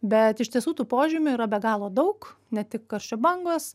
bet iš tiesų tų požymių yra be galo daug ne tik karščio bangos